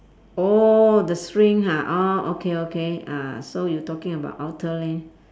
oh the string ah orh okay okay ah so you talking about outer lane